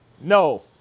No